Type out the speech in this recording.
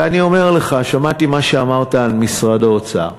ואני אומר לך, שמעתי מה שאמרת על משרד האוצר.